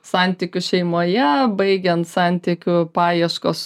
santykių šeimoje baigiant santykių paieškos